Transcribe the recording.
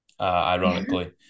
ironically